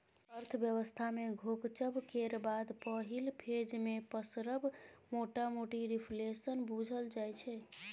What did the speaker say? अर्थव्यवस्था मे घोकचब केर बाद पहिल फेज मे पसरब मोटामोटी रिफ्लेशन बुझल जाइ छै